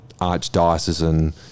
archdiocesan